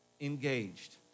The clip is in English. engaged